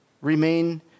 remain